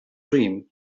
dream